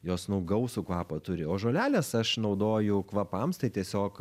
jos nu gausų kvapą turi o žoleles aš naudoju kvapams tai tiesiog